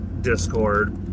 Discord